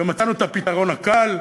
ומצאנו את הפתרון הקל.